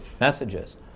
messages